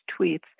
tweets